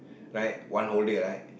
like one whole day right